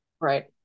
right